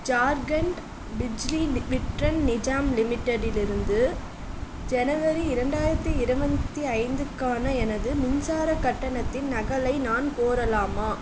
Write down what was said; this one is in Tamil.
ஜார்க்கண்ட் பிஜ்லி விட்ரன் நிஜாம் லிமிட்டெடிலிருந்து ஜனவரி இரண்டாயிரத்தி இருபத்தி ஐந்துக்கான எனது மின்சார கட்டணத்தின் நகலை நான் கோரலாமா